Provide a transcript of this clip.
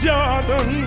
Jordan